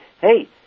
hey